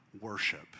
worship